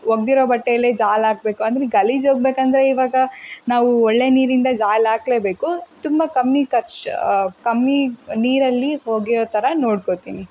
ಒಗೆದಿರೋ ಬಟ್ಟೆಯಲ್ಲೇ ಜಾಲಾಕಬೇಕು ಅಂದರೆ ಗಲೀಜು ಹೋಗ್ಬೇಕಂದ್ರೆ ಇವಾಗ ನಾವು ಒಳ್ಳೆಯ ನೀರಿಂದ ಜಾಲಾಕಲೇಬೇಕು ತುಂಬ ಕಮ್ಮಿ ಖರ್ಚು ಕಮ್ಮಿ ನೀರಲ್ಲಿ ಒಗೆಯೋ ಥರ ನೋಡ್ಕೋತೀನಿ